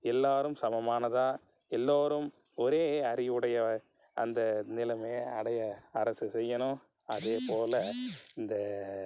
எல்லோரும் சமமானதாக எல்லோரும் ஒரே அறிவுடைய அந்த நிலமையை அடைய அரசு செய்யணும் அதே போல் இந்த